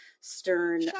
stern